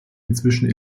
inzwischen